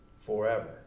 Forever